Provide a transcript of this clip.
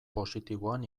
positiboan